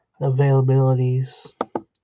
availabilities